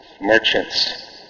merchants